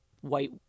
white